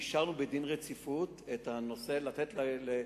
אישרנו בדין רציפות את הצעת החוק,